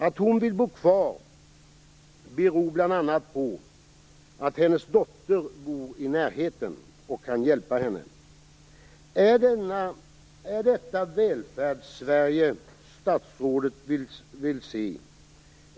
Att hon vill bo kvar beror bl.a. på att hennes dotter bor i närheten och kan hjälpa henne. Är detta det Välfärdssverige som statsrådet vill se?